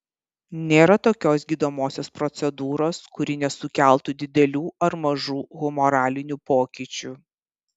nėra tokios gydomosios procedūros kuri nesukeltų didelių ar mažų humoralinių pokyčių